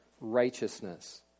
righteousness